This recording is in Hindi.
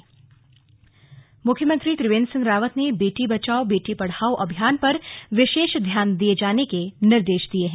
स्लग समीक्षा बैठक मुख्यमंत्री त्रिवेन्द्र सिंह रावत ने बेटी बचाओ बेटी पढ़ाओ अभियान पर विशेष ध्यान दिये जाने के निर्देश दिये हैं